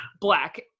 black